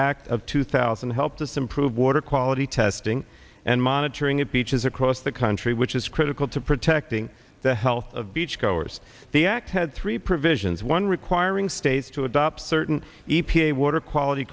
act of two thousand helped us improve water quality testing and monitoring at beaches across the country which is critical to protecting the health of beachgoers the act had three provisions one requiring states to adopt certain e p a water quality